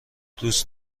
دوست